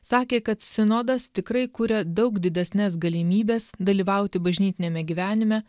sakė kad sinodas tikrai kuria daug didesnes galimybes dalyvauti bažnytiniame gyvenime